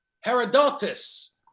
Herodotus